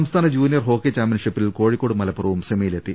സംസ്ഥാന junior hockey ചാമ്പ്യൻഷിപ്പിൽ കോഴിക്കോടും മലപ്പുറവും സെമിയിലെത്തി